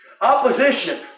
Opposition